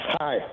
Hi